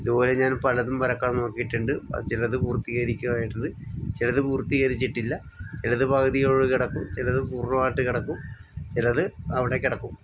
ഇതുപോലെ ഞാൻ പലതും വരക്കാൻ നോക്കിയിട്ടുണ്ട് ചിലത് പൂർത്തീകരിക്കുമായിട്ടുണ്ട് ചിലത് പൂർത്തീകരിച്ചിട്ടില്ല ചിലത് പകുതിയോടെ കിടക്കും ചിലത് പൂർണ്ണമായിട്ട് കിടക്കും ചിലത് അവിടെ കിടക്കും